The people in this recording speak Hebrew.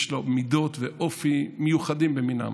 יש לו מידות ואופי מיוחדים במינם.